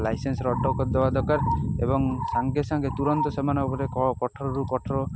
licence ଅଟକ କରିଦେବା ଦରକାର ଏବଂ ସାଙ୍ଗେ ସାଙ୍ଗେ ତୁରନ୍ତ ସେମାନଙ୍କ ଉପରେ କଠରୋରୁ କଠୋର